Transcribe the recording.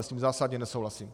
S tím zásadně nesouhlasím.